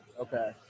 Okay